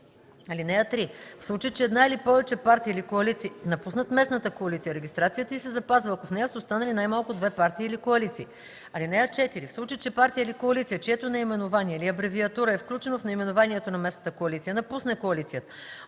т. 5. (3) В случай че една или повече партии или коалиции напуснат местната коалиция, регистрацията й се запазва, ако в нея са останали най-малко две партии или коалиции. (4) В случай че партия или коалиция, чието наименование или абревиатура е включено в наименованието на местната коалиция, напусне коалицията,